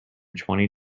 twenty